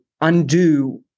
undo